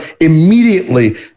immediately